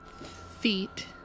feet